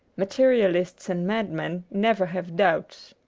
materialists and madmen never have doubts.